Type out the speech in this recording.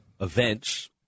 events